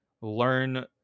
learn